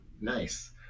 Nice